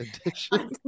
addiction